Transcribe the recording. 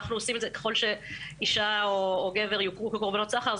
אנחנו עושים את זה וככל שאישה או גבר יוכרו כקורבנות סחר,